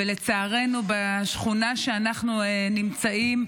ולצערנו בשכונה שאנחנו נמצאים,